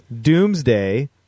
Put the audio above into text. doomsday